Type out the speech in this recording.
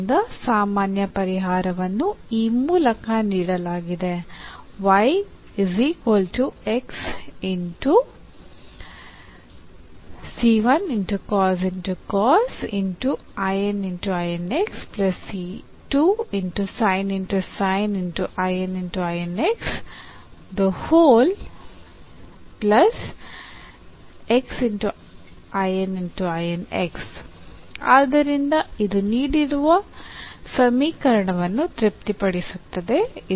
ಆದ್ದರಿಂದ ಸಾಮಾನ್ಯ ಪರಿಹಾರವನ್ನು ಈ ಮೂಲಕ ನೀಡಲಾಗಿದೆ ಆದ್ದರಿಂದ ಇದು ನೀಡಿದ ಸಮೀಕರಣವನ್ನು ತೃಪ್ತಿಪಡಿಸುತ್ತದೆ